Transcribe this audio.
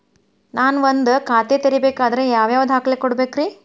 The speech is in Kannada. ನಾನ ಒಂದ್ ಖಾತೆ ತೆರಿಬೇಕಾದ್ರೆ ಯಾವ್ಯಾವ ದಾಖಲೆ ಕೊಡ್ಬೇಕ್ರಿ?